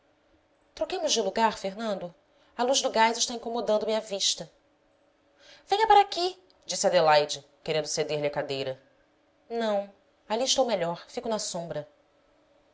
troquemos de lugar fernando a luz do gás está incomodando me a vista venha para aqui disse adelaide querendo ceder lhe a cadeira não ali estou melhor fico na sombra